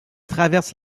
traversent